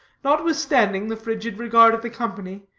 notwithstanding the frigid regard of the company,